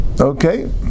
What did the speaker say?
Okay